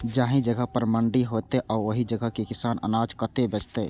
जाहि जगह पर मंडी हैते आ ओहि जगह के किसान अनाज कतय बेचते?